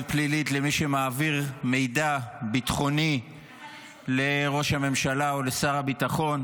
פלילית למי שמעביר מידע ביטחוני לראש הממשלה ולשר הביטחון.